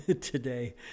today